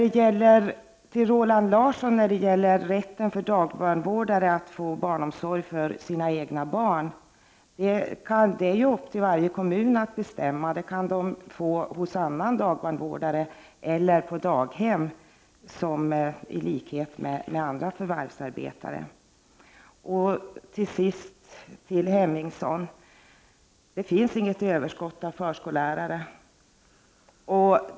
Till Roland Larsson när det gäller rätten till dagbarnvårdare att få barnomsorg för sina egna barn: Det ankommer på varje kommun att bestämma den saken. Det kan dagbarnvårdare få hos någon annan dagbarnvårdare eller på daghem, i likhet med andra förvärvsarbetande. Till sist till Ingrid Hemmingsson: Det finns inget överskott av förskollärare.